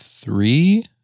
three